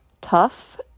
tough